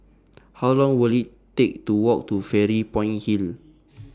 How Long Will IT Take to Walk to Fairy Point Hill